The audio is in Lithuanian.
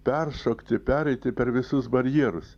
peršokti pereiti per visus barjerus